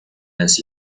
las